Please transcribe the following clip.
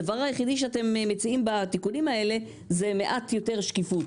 הדבר היחיד שאתם מציעים בתיקונים האלה זה מעט יותר שקיפות.